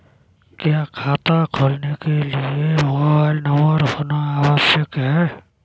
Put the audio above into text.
क्या खाता खोलने के लिए मोबाइल नंबर होना आवश्यक है?